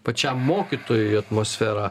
pačiam mokytojui atmosferą